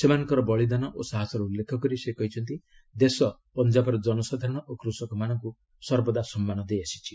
ସେମାନଙ୍କର ବଳୀଦାନ ଓ ସାହସର ଉଲ୍ଲେଖ କରି ସେ କହିଛନ୍ତି ଦେଶ ପଞ୍ଜାବର ଜନସାଧାରଣ ଓ କୃଷକମାନଙ୍କୁ ସର୍ବଦା ସମ୍ମାନ ଦେଇଆସିଛି